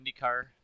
IndyCar